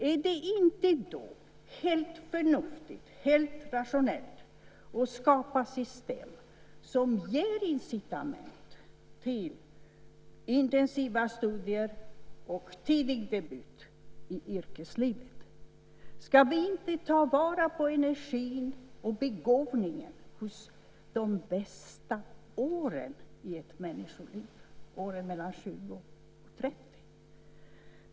Är det då inte helt förnuftigt och helt rationellt att skapa system som ger incitament till intensiva studier och tidig debut i yrkeslivet? Ska vi inte ta vara på energin och begåvningen under de bästa åren i ett människoliv, åren mellan 20 och 30?